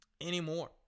anymore